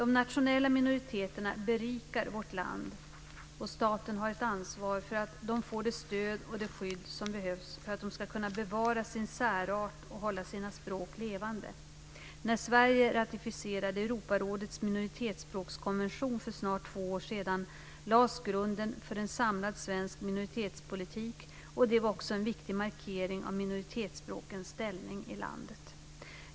De nationella minoriteterna berikar vårt land, och staten har ett ansvar för att de får det stöd och skydd som behövs för att de ska kunna bevara sin särart och hålla sina språk levande. När Sverige ratificerade Europarådets minoritetsspråkskonvention för snart två år sedan lades grunden för en samlad svensk minoritetspolitik, och det var också en viktig markering av minoritetsspråkens ställning i landet.